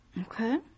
Okay